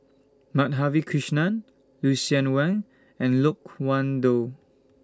Madhavi Krishnan Lucien Wang and Loke Wan Tho